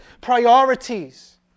priorities